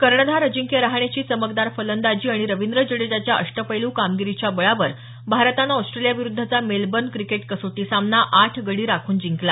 कर्णधार अजिंक्य रहाणेची चमकदार फलंदाजी आणि रविंद्र जडेजाच्या अष्टपैलू कामगिरीच्या बळावर भारतानं ऑस्ट्रेलियाविरुद्धचा मेलबर्न क्रिकेट कसोटी सामना आठ गडी राखून जिंकला